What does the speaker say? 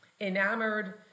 enamored